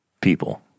people